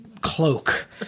cloak